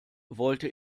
wollte